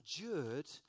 endured